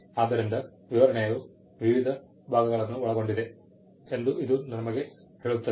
ಆದ್ದರಿಂದ ವಿವರಣೆಯು ವಿವಿಧ ಭಾಗಗಳನ್ನು ಒಳಗೊಂಡಿದೆ ಎಂದು ಇದು ನಮಗೆ ಹೇಳುತ್ತದೆ